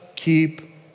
Keep